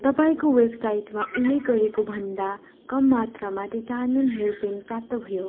तपाईँको वेबसाइटमा उल्लेख गरेकोभन्दा कम मात्रामा टिटानिन हेयर पिन प्राप्त भयो